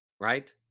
Right